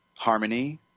Harmony